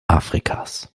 afrikas